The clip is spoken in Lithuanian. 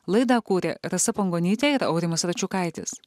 laidą kūrė rasa pangonytė ir aurimas račiukaitis